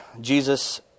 Jesus